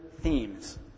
themes